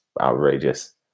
outrageous